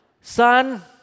Son